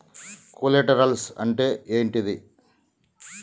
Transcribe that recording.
Collaterals అంటే ఏంటిది?